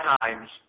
times